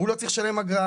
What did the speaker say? הוא לא צריך לשלם אגרה,